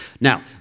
Now